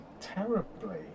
terribly